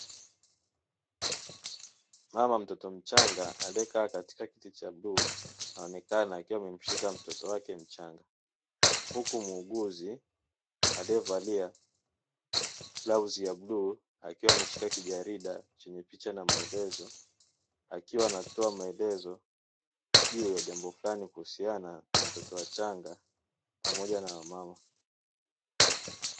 Mama na mtoto mchanga akiwa amekaa katika kiti cha bluu anaonekana akiwa amemshika mtoto wake mchanga, huku muuguzi aliyevalia mavazi ya bluu akiwa ameshika kijarida chenye picha na maelezo akiwa anatoa maelezo juu ya jambo fulani kuhusiana na watoto wachanga pamoja na ya mama.